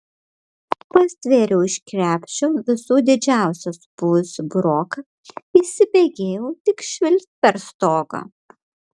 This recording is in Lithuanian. pastvėriau iš krepšio visų didžiausią supuvusį buroką įsibėgėjau tik švilpt per stogą